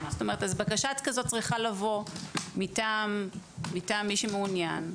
בקשה כזו צריכה לבוא מטעם מי שמעוניין,